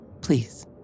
Please